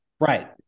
Right